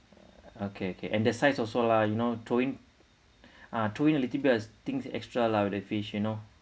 okay okay and the size also lah you know throwing ah throw in a little bit of things extra lah the fish you know